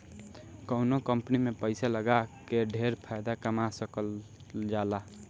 कवनो कंपनी में पैसा लगा के ढेर फायदा कमा सकल जाला